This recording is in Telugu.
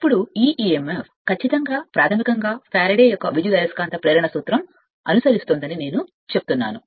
ఇప్పుడు ఇది మరియు ఈ emf ఖచ్చితంగా ప్రాథమికంగా ఫ్యారడే యొక్క విద్యుదయస్కాంత ప్రేరణ సూత్రం అని నేను చెప్తున్నాను